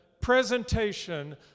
presentation